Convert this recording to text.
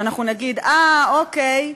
שאנחנו נגיד: אה, אוקיי,